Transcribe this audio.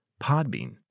Podbean